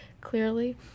clearly